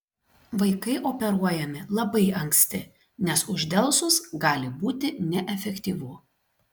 vaikai operuojami labai anksti nes uždelsus gali būti neefektyvu